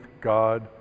God